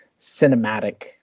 cinematic